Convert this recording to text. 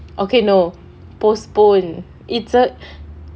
okay no postpone its uh